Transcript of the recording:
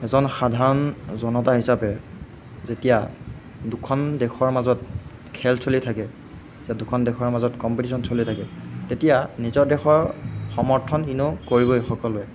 এজন সাধাৰণ জনতা হিচাপে যেতিয়া দুখন দেশৰ মাজত খেল চলি থাকে যেতিয়া দুখন দেশৰ মাজত কম্পিটিচন চলি থাকে তেতিয়া নিজৰ দেশৰ সমৰ্থন এনেয়ো কৰিবয়ে সকলোৱে